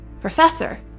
Professor